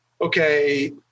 okay